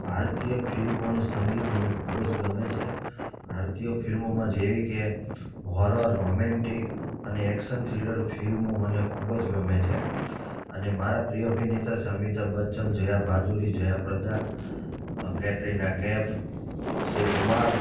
ભારતીય ફિલ્મો અને સંગીત મને ખૂબ જ ગમે છે ભારતીય ફિલ્મોમાં જેવી કે હોરર રોમેન્ટિક અને એક્શન થ્રીલર ફિલ્મો મને ખૂબ જ ગમે છે અને મારા પ્રિય અભિનેતા છે અમિતાભ બચ્ચન જયા ભાદુરી જયા પ્રદા કેટરીના કેફ અક્ષય કુમાર